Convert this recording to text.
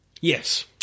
Yes